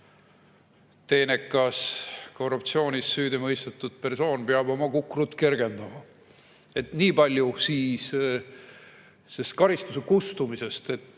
teenekas korruptsioonis süüdi mõistetud persoon peab oma kukrut kergendama. Nii palju siis karistuse kustumisest. Argument